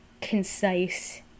concise